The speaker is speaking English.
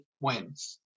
wins